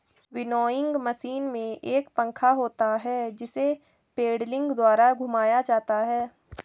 winnowing machine में एक पंखा होता है जिसे पेडलिंग द्वारा घुमाया जाता है